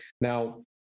Now